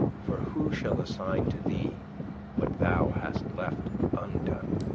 for who shall assign to thee what thou hast left undone?